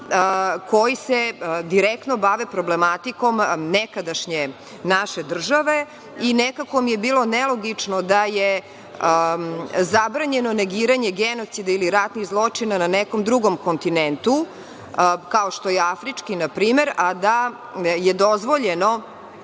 koji se direktno bave problematikom nekadašnje naše države i nekako mi je bilo nelogično da je zabranjeno negiranje genocida ili ratnih zločina na nekom drugom kontinentu, kao što je afrički, na primer, a da je dozvoljeno